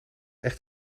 echt